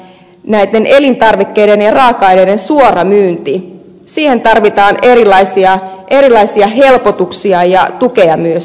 näiden elintarvikkeiden ja raaka aineiden suoramyyntiin tarvitaan erilaisia helpotuksia ja tukea myöskin